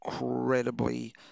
incredibly